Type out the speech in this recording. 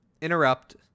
interrupt